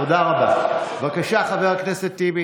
אמרתי כי, הפריעו לי.